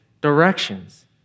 directions